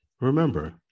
Remember